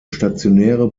stationäre